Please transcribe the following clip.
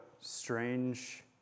strange